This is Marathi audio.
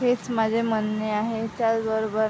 हेच माझे म्हणणे आहे त्याचबरोबर